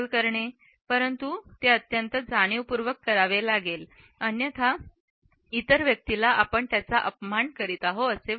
परंतुते अत्यंत जाणीवपूर्वक करावे लागेल अन्यथा इतर व्यक्तीला आपण त्याचा अपमान करीत आहो असे वाटेल